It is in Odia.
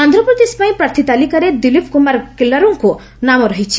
ଆନ୍ଧ୍ରପ୍ରଦେଶ ପାଇଁ ପ୍ରାର୍ଥୀ ତାଲିକାରେ ଦିଲୀପ କୁମାର କିଲ୍ଲାରୁଙ୍କ ନାମ ରହିଛି